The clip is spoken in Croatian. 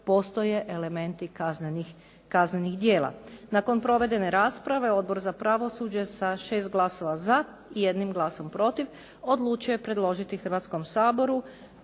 postoje elementi kaznenih djela. Nakon provedene rasprave, Odbor za pravosuđe sa 6 glasova za i 1 glasom protiv odlučio je predložiti Hrvatskom saboru